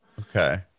okay